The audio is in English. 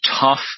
tough